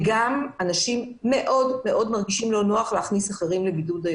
אנשים מרגישים לא נוח להכניס אנשים אחרים לבידוד.